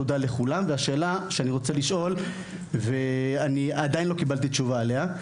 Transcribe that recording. תודה לכולם והשאלה שאני רוצה לשאול ואני עדיין לא קיבלתי תשובה עליה,